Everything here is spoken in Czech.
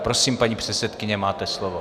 Prosím, paní předsedkyně, máte slovo.